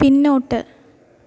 പിന്നോട്ട്